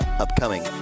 Upcoming